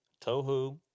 tohu